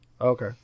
Okay